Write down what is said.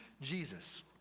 Jesus